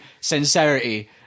sincerity